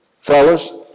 fellas